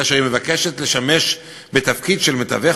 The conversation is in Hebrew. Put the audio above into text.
כאשר היא מבקשת לשמש בתפקיד של מתווך